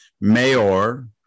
mayor